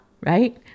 right